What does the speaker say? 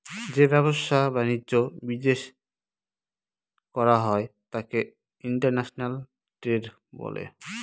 যে ব্যবসা বাণিজ্য বিদেশ করা হয় তাকে ইন্টারন্যাশনাল ট্রেড বলে